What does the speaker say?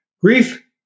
grief